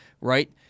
right